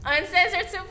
Uncensored